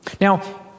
Now